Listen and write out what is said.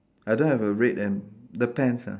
I don't have a red and the pants ah